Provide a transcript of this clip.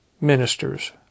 ministers